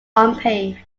unpaved